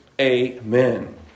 amen